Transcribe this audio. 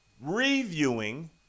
Reviewing